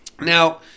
Now –